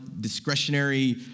discretionary